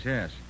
Yes